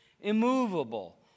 immovable